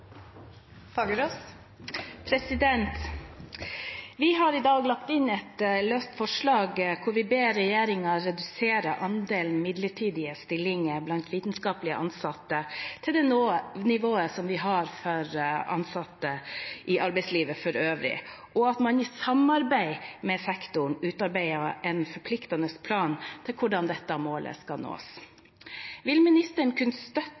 Vi har i dag lagt inn et løst forslag, hvor vi ber regjeringen redusere andelen midlertidige stillinger blant vitenskapelig ansatte til nivået for arbeidslivet for øvrig, og at man i samarbeid med sektoren utarbeider en forpliktende plan for hvordan dette målet skal nås. Vil ministeren kunne støtte